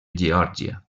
geòrgia